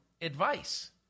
advice